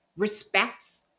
respects